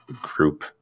group